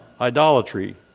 idolatry